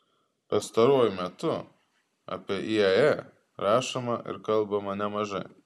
pastaruoju metu apie iae rašoma ir kalbama nemažai